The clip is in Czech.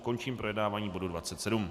Končím projednávání bodu 27.